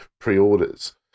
pre-orders